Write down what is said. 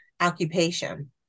occupation